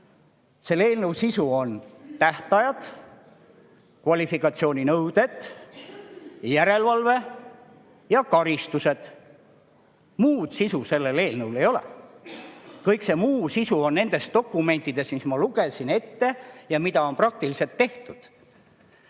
suhteliselt lihtne: tähtajad, kvalifikatsiooninõuded, järelevalve ja karistused. Muud sisu sellel eelnõul ei ole. Kogu see muu sisu on nendes dokumentides, mis ma ette lugesin ja mida on praktiliselt tehtud.